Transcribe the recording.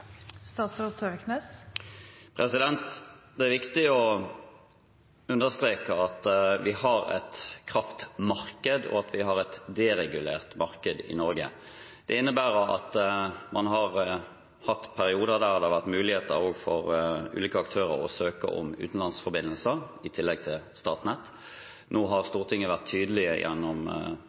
Det er viktig å understreke at vi har et kraftmarked, og at vi har et deregulert marked i Norge. Det innebærer at man har hatt perioder der det har vært muligheter for ulike aktører til å søke om utenlandsforbindelser, i tillegg til Statnett. Nå har Stortinget vært tydelig, gjennom